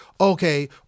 okay